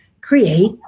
create